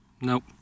Nope